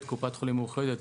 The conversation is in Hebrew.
כשקופת חולים מאוחדת